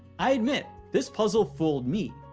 i admit, this puzzle fooled me!